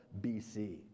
BC